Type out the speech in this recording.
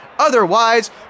Otherwise